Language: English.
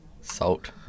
salt